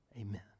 Amen